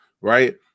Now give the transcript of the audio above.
right